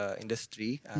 industry